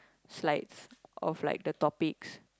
slides of like the topics